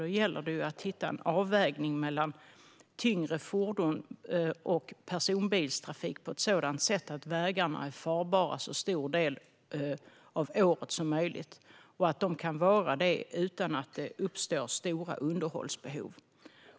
Då gäller det att hitta en avvägning mellan tyngre fordon och personbilstrafik på ett sådant sätt att vägarna är farbara så stor del av året som möjligt. De ska kunna vara det utan att det uppstår stora underhållsbehov.